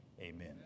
Amen